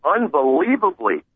unbelievably